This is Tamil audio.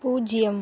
பூஜ்ஜியம்